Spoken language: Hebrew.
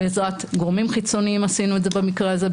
בעזרת גורמים חיצוניים עשינו את זה במקרה הזה,